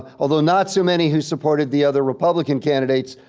although not too many who supported the other republican candidates,